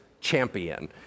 champion